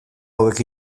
hauek